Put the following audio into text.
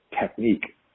technique